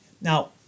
Now